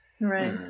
Right